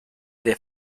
der